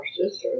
sisters